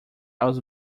aos